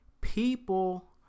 people